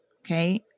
okay